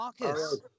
Marcus